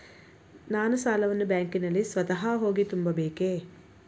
ನಾನು ಸಾಲವನ್ನು ಬ್ಯಾಂಕಿನಲ್ಲಿ ಸ್ವತಃ ಹೋಗಿ ತುಂಬಬೇಕೇ?